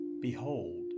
Behold